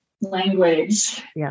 language